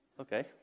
Okay